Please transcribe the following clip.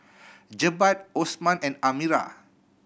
Jebat Osman and Amirah